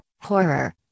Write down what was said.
Horror